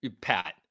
Pat